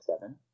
seven